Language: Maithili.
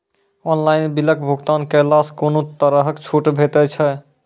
ऑनलाइन बिलक भुगतान केलासॅ कुनू तरहक छूट भेटै छै?